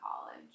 college